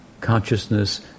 Consciousness